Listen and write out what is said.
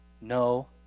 No